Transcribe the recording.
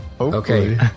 Okay